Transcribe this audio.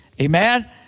Amen